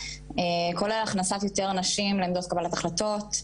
כולל הכנסת יותר אנשים לעמדות קבלת החלטות,